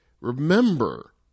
remember